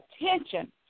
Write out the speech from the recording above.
attention